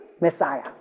Messiah